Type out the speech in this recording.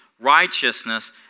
righteousness